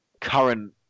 current